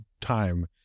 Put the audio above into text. time